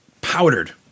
Powdered